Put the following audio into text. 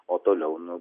o toliau nu